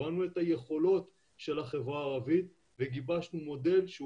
הבנו את היכולות של החברה הערבית וגיבשנו מודל שהוא